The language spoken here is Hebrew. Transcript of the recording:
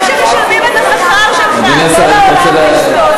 זה אנשים שמשלמים את השכר שלך, כל העולם ואשתו.